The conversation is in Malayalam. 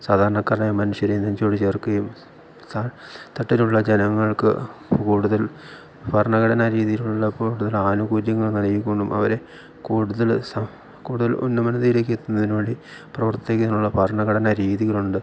സാധാരണക്കാരനായ മനുഷ്യരെ നെഞ്ചോടു ചേർക്കുകയും താഴെ തട്ടിലുള്ള ജനങ്ങൾക്ക് കൂടുതൽ ഭർണഘടന രീതിയിലുള്ള കൂടുതൽ ആനുകൂല്യങ്ങൾ നൽകിക്കൊണ്ടും അവരെ കൂടുതൽ കൂടുതൽ ഉന്നമനത്തിലേക്ക് എത്തിക്കുന്നതിനു വേണ്ടി പ്രവർത്തിക്കാനുള്ള ഭർണഘടന രീതികളുണ്ട്